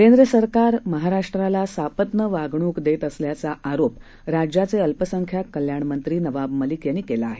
केंद्रसरकार महाराष्ट्राला सापत्न वागणूक देत असल्याचा आरोप राज्याचे अल्पसंख्याक कल्याण मंत्री नबाब मलिक यांनी केला आहे